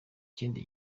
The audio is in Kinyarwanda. ikindi